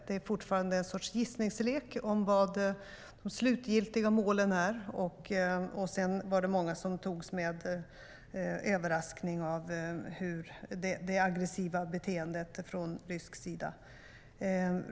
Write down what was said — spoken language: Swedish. Det är fortfarande en sorts gissningslek om vad de slutgiltiga målen är. Sedan var det många som togs med överraskning av det aggressiva beteendet från rysk sida.